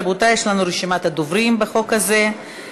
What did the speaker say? רבותי, יש לנו רשימת דוברים בחוק הזה.